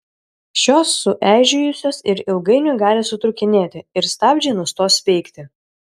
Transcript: šios sueižėjusios ir ilgainiui gali sutrūkinėti ir stabdžiai nustos veikti